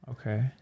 Okay